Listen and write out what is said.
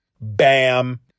Bam